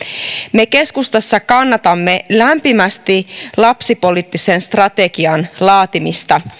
me keskustassa kannatamme lämpimästi lapsipoliittisen strategian laatimista